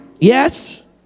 Yes